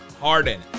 Harden